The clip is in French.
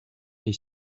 est